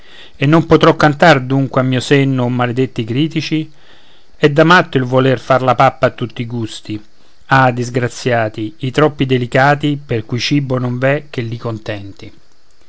e non potrò cantar dunque a mio senno o maledetti critici è da matto il voler far la pappa a tutti i gusti ah disgraziati i troppo delicati per cui cibo non v'è che li contenti